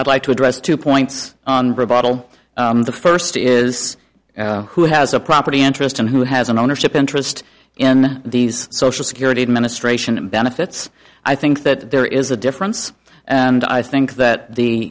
i'd like to address two points on bravado the first is who has a property interest and who has an ownership interest in these social security administration and benefits i think that there is a difference and i think that the